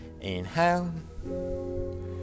Inhale